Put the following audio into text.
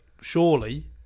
surely